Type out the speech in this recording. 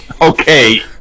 Okay